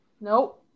Nope